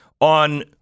on